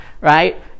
right